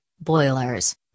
boilers